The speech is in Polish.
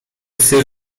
psy